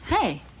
Hey